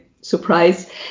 surprise